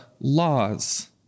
laws